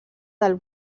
del